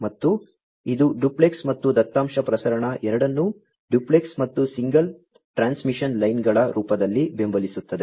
ಮತ್ತು ಇದು ಡ್ಯುಪ್ಲೆಕ್ಸ್ ಮತ್ತು ದತ್ತಾಂಶ ಪ್ರಸರಣ ಎರಡನ್ನೂ ಡ್ಯುಪ್ಲೆಕ್ಸ್ ಮತ್ತು ಸಿಂಗಲ್ ಟ್ರಾನ್ಸ್ಮಿಷನ್ ಲೈನ್ಗಳ ರೂಪದಲ್ಲಿ ಬೆಂಬಲಿಸುತ್ತದೆ